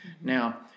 Now